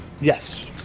Yes